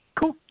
Cool